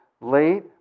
late